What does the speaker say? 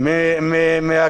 ממה